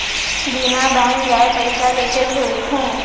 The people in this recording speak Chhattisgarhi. बिना बैंक जाये पइसा कइसे भेजहूँ?